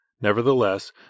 Nevertheless